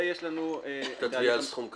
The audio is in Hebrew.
ויש לנו את --- את התביעה על סכום קצוב,